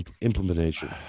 implementation